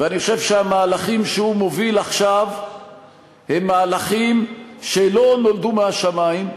ואני חושב שהמהלכים שהוא מוביל עכשיו הם מהלכים שלא נולדו מהשמים,